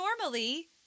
normally